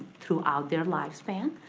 throughout their lifespan.